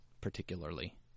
particularly